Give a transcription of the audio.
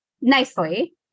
nicely